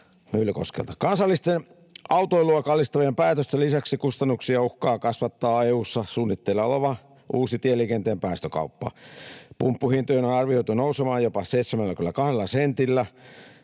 Kansallista autoilua kallistavien päätösten lisäksi kustannuksia uhkaa kasvattaa EU:ssa suunnitteilla oleva uusi tieliikenteen päästökauppa. Pumppuhintojen on arvioitu nousevan jopa 72 sentillä.